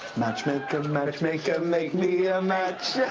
match maker match maker make me a match